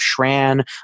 Shran